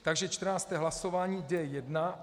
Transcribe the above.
Takže čtrnácté hlasování D1.